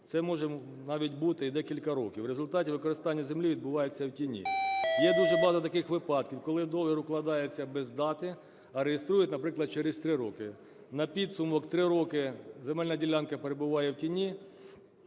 це може навіть бути і декілька років. В результаті використання землі відбувається в тіні. Є дуже багато таких випадків, коли договір укладається без дати, а реєструють, наприклад, через 3 роки. На підсумок, 3 роки земельна ділянка перебуває в тіні,